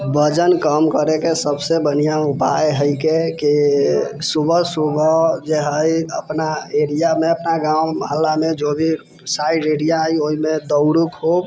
वजन कम करयके सबसे बढ़िआँ उपाय हइके कि सुबह सुबह जे हइ अपना एरिआमे अपना गाँव मोहल्लामे जो भी साइड एरिया अइ ओहिमे दौड़ू खुब